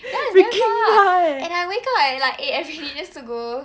ya it's damn far and I wake up at like eight everyday just to go